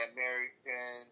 American